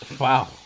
Wow